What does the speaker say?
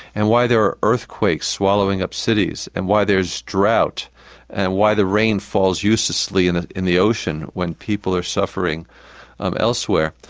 and why there are earthquakes swallowing up cities and why there's drought and why the rain falls uselessly in in the ocean when people are suffering um elsewhere,